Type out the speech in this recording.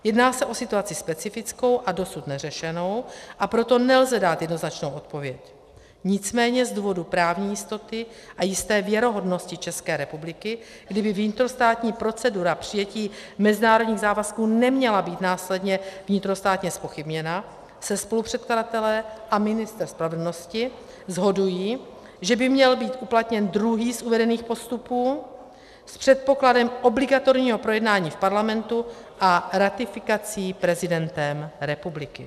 Jedná se o situaci specifickou a dosud neřešenou, a proto nelze dát jednoznačnou odpověď, nicméně z důvodu právní jistoty a jisté věrohodnosti České republiky, kdyby vnitrostátní procedura přijetí mezinárodních závazků neměla být následně vnitrostátně zpochybněna, se spolupředkladatelé a ministr spravedlnosti shodují, že by měl být uplatněn druhý z uvedených postupů s předpokladem obligatorního projednání v Parlamentu a ratifikací prezidentem republiky.